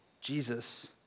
Jesus